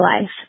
life